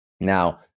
Now